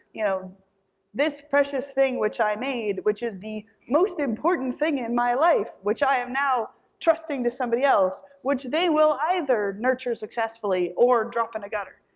you know this precious thing which i made, which is the most important thing in my life, which i am now trusting to somebody else, which they will either nurture successfully or drop in a gutter,